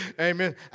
Amen